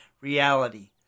reality